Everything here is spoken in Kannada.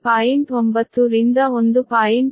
9 ರಿಂದ 1